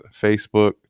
Facebook